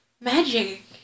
magic